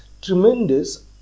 tremendous